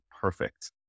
perfect